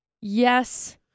Yes